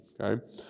Okay